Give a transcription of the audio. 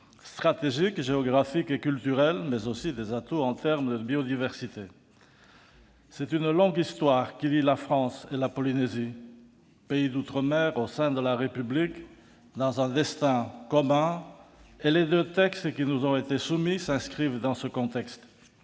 stratégiques, géographiques et culturels, ainsi qu'en termes de biodiversité. C'est une longue histoire qui lie la France et la Polynésie- pays d'outre-mer « au sein de la République » -dans un destin commun, et les deux textes qui nous ont été soumis s'inscrivent dans ce contexte.